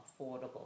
affordable